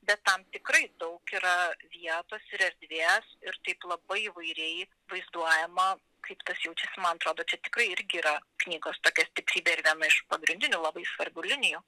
bet tam tikrai daug yra vietos ir erdvės ir taip labai įvairiai vaizduojama kaip tas jautys man atrodo čia tikrai irgi yra knygos tokia stiprybė ir viena iš pagrindinių labai svarbių linijų